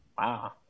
Wow